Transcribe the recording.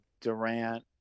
Durant